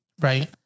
Right